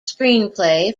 screenplay